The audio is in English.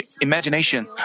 imagination